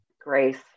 Grace